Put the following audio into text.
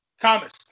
Thomas